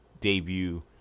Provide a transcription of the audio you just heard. debut